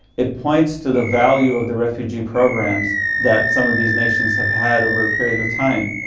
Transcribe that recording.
it points to the value of the refugee programs that some of these nations have had over a period of time.